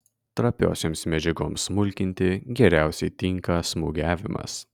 trapiosioms medžiagoms smulkinti geriausiai tinka smūgiavimas